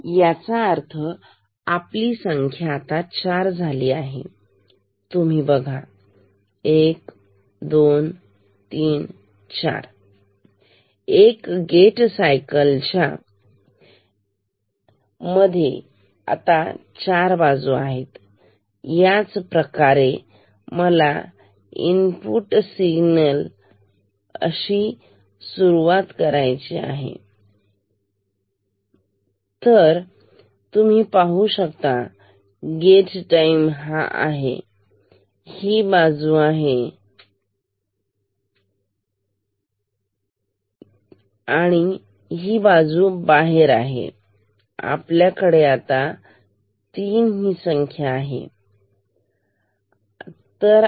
तर याचा अर्थ होतो की आपली संख्या आता चार इतकी झाली आहे तुम्ही बघा 1 2 3 4 एक गेट सायकलच्या एक गेट टाईम मध्ये आता चार बाजू आहेत याच प्रमाणे मला इनपुट सिग्नल जी या बिंदूपासून सुरुवात करायचे आहे तर तुम्ही पाहू शकता गेट टाईम हा आहे ही बाजू बाहेर आहे ही बाजू सुद्धा बाहेर आहे आपल्याकडे आता 3 ही संख्या आहे 1 2 3